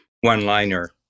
one-liner